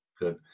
Good